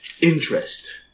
interest